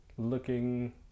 looking